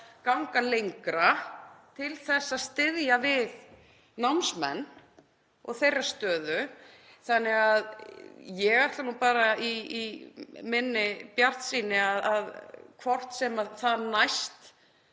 ganga lengra til að styðja við námsmenn og þeirra stöðu. Ég ætla nú bara í minni bjartsýni — hvort sem það næst